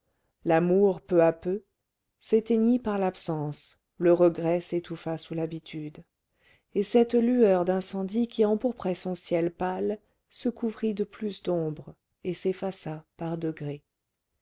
l'amour peu à peu s'éteignit par l'absence le regret s'étouffa sous l'habitude et cette lueur d'incendie qui empourprait son ciel pâle se couvrit de plus d'ombre et s'effaça par degrés